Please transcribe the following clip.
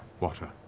water,